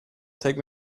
take